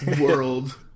world